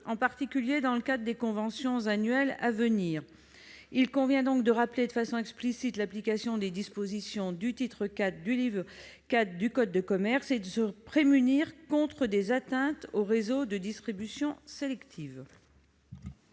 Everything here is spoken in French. en particulier dans le cadre des conventions annuelles à venir. Il convient donc de rappeler de façon explicite l'application des dispositions du titre IV du livre IV du code de commerce, ce qui permettra en outre de se prémunir contre des atteintes aux réseaux de distribution sélective.